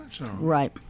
Right